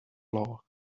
law